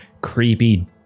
creepy